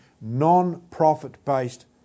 non-profit-based